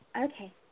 Okay